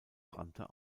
brannte